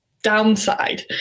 downside